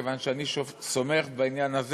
כיוון שאני סומך בעניין הזה